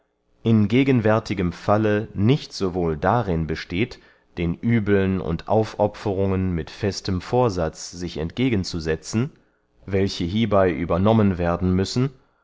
in gegenwärtigem falle nicht sowohl darin besteht den uebeln und aufopferungen mit festem vorsatz sich entgegenzusetzen welche hiebey übernommen werden müssen